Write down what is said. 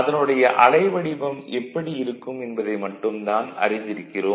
அதனுடைய அலைவடிவம் எப்படி இருக்கும் என்பதை மட்டும் தான் அறிந்திருக்கிறோம்